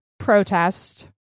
protest